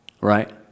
right